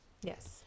Yes